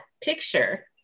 picture